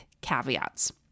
caveats